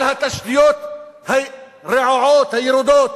על התשתיות הרעועות, הירודות,